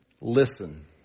Listen